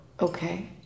Okay